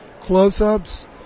close-ups